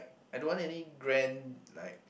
I don't want any grand like